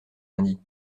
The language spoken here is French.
lundi